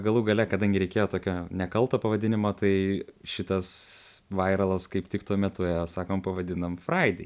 galų gale kadangi reikėjo tokio nekalto pavadinimo tai šitas vairalas kaip tik tuo metu ėjo sakom pavadinam friday